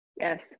Yes